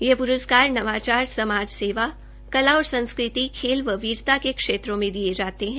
ये प्रस्कार नवाचार समाज सेवा कल और संस्कृति खेल और वीरता के क्षेत्रों में दिये जाते है